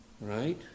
right